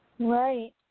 Right